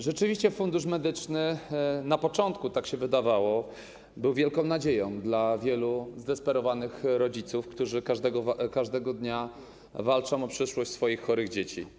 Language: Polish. Rzeczywiście Fundusz Medyczny - na początku tak się wydawało - był wielką nadzieją dla wielu zdesperowanych rodziców, którzy każdego dnia walczą o przyszłość swoich chorych dzieci.